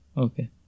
Okay